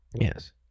Yes